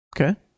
Okay